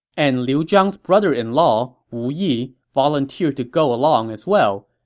and liu zhang's brother-in-law, wu yi, volunteered to go along as well,